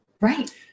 Right